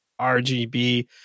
RGB